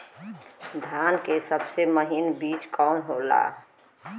धान के सबसे महीन बिज कवन होला?